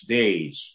days